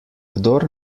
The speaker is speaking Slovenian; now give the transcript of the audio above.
kdor